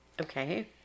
Okay